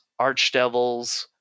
archdevils